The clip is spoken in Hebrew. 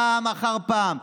פעם אחר פעם,